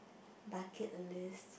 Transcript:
bucket list